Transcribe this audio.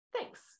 thanks